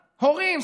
הורים,